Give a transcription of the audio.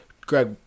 Greg